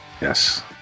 Yes